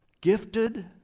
gifted